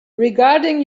regarding